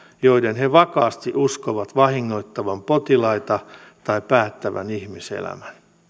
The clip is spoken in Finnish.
joiden he vakaasti uskovat vahingoittavan potilaita tai päättävän ihmiselämän